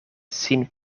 sin